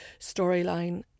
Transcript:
storyline